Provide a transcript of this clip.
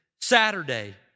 Saturday